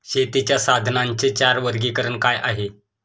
शेतीच्या साधनांचे चार वर्गीकरण काय आहे?